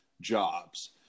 jobs